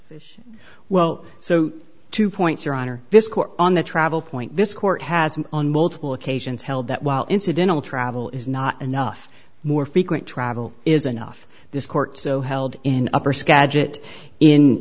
well so two points your honor this court on the travel point this court has on multiple occasions held that while incidental travel is not enough more frequent travel is enough this court so held in upper